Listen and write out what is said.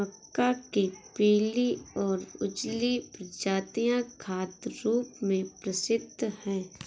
मक्का के पीली और उजली प्रजातियां खाद्य रूप में प्रसिद्ध हैं